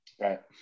Right